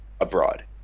abroad